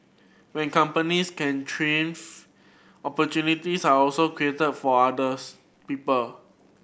when companies can opportunities are also created for others people